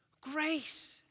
grace